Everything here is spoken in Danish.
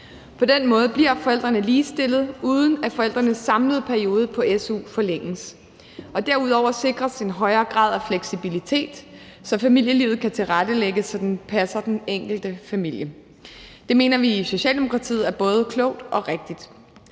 På den måde bliver forældrene ligestillet, uden at forældrenes samlede periode på su forlænges. Derudover sikres en højere grad af fleksibilitet, så familielivet kan tilrettelægges, så det passer den enkelte familie. Det mener vi i Socialdemokratiet er både klogt og rigtigt.